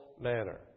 manner